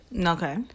Okay